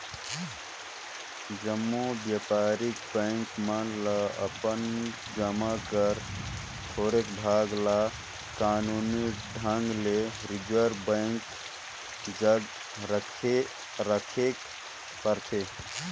जम्मो बयपारिक बेंक मन ल अपन जमा कर थोरोक भाग ल कानूनी ढंग ले रिजर्व बेंक जग राखेक परथे